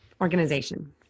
Organization